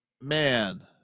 man